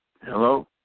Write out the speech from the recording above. Hello